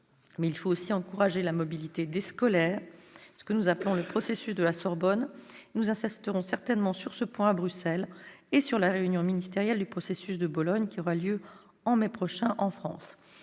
Mais il faut aussi encourager la mobilité des scolaires : c'est ce que nous appelons le processus de la Sorbonne. Nous insisterons certainement sur ce point à Bruxelles et lors de la réunion ministérielle du processus de Bologne, qui aura lieu en mai prochain en France.